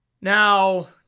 Now